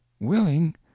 willing